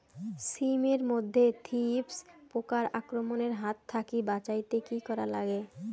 শিম এট মধ্যে থ্রিপ্স পোকার আক্রমণের হাত থাকি বাঁচাইতে কি করা লাগে?